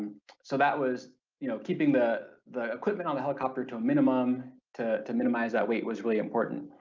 so that was you know keeping the the equipment on the helicopter to a minimum to to minimize that weight was really important.